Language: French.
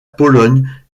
pologne